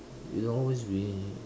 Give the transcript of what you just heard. it'll always be